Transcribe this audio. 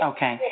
Okay